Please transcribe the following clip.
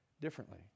differently